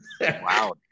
Wow